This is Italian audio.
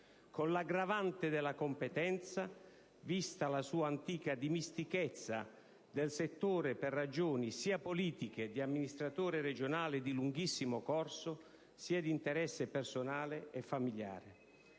con l'aggravante della competenza, vista la sua antica dimestichezza del settore per ragioni sia politiche, di amministratore regionale di lunghissimo corso, sia di interesse personale e familiare.